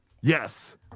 Yes